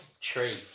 tree